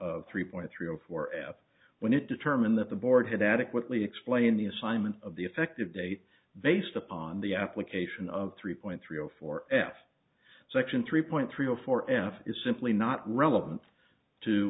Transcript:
of three point three zero four f when it determined that the board had adequately explained the assignment of the effective date based upon the application of three point three zero four f section three point three zero four is simply not relevant to